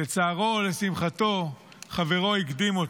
לצערו או לשמחתו, חברו הקדים אותו.